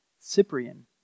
cyprian